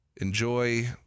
enjoy